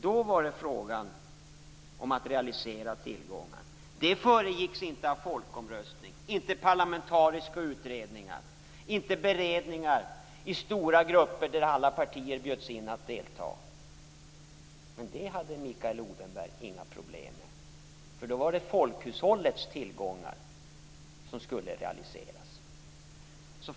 Då var det fråga om att realisera tillgångar. Detta föregicks inte av folkomröstning, parlamentariska utredningar eller beredningar i stora grupper där alla partier inbjöds att delta. Men det hade Mikael Odenberg inga problem med. Då var det nämligen folkhushållets tillgångar som skulle realiseras.